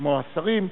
כמו השרים,